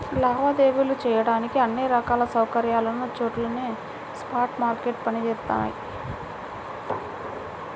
లావాదేవీలు చెయ్యడానికి అన్ని రకాల సౌకర్యాలున్న చోటనే స్పాట్ మార్కెట్లు పనిచేత్తయ్యి